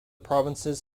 provinces